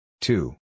Two